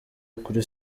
kuri